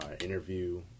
interview